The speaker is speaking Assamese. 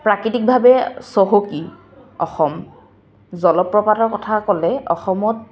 প্ৰাকৃতিক ভাৱে চহকী অসম জলপ্ৰপাতৰ কথা ক'লে অসমত